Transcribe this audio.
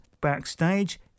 backstage